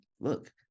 look